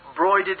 broided